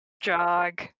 jog